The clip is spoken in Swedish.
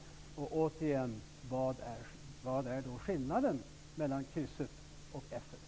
Jag frågar därför återigen: Vad är då skillnaden mellan ett kryss och ett F?